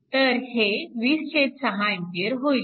तर हे 206 A होईल